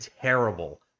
terrible